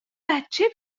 بچه